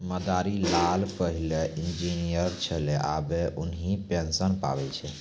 मदारी लाल पहिलै इंजीनियर छेलै आबे उन्हीं पेंशन पावै छै